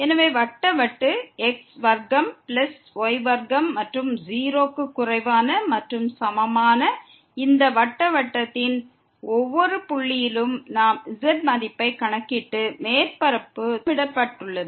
எனவே வட்ட வட்டு x வர்க்கம் பிளஸ் y வர்க்கம் மற்றும் 0 க்கு குறைவான மற்றும் சமமான இந்த வட்ட வட்டத்தின் ஒவ்வொரு புள்ளியிலும் z மதிப்பு கணக்க்கிடப்பட்டு மேற்பரப்பு திட்டமிடப்பட்டுள்ளது